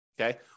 Okay